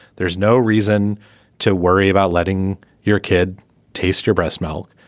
there's no reason to worry about letting your kid taste your breast milk.